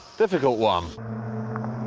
difficult one.